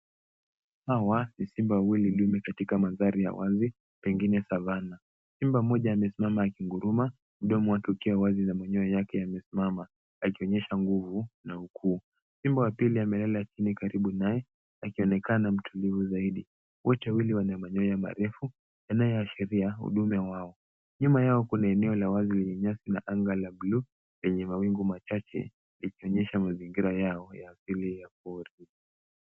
Hawa ni simba wawili ndume katika mazingira ya wazi pengine Savana. Simba mmoja amesimama akinguruma mdomo wake ukiwa wazi na manyoya yake yamesimama akionyesha nguvu na ukuu. Simba wa pili amelala chini karibu naye akionekana mtulivu zaidi. Ule teuli wenye manyoya refu yanayoashiria undume wao. Nyuma yao kuna eneo la wazi lenye nyasi na anga la buluu yenye mawingu machache yakionyesha mazingira yao ya asili ya pori.